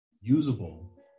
usable